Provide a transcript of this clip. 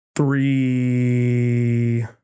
Three